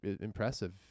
impressive